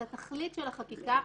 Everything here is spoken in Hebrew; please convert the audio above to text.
את התכלית של החקיקה מבחינתנו.